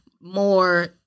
more